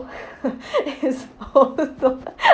it's